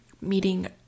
meeting